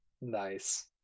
Nice